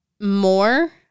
More